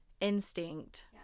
instinct